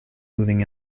moving